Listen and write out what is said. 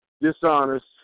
dishonest